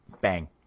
bang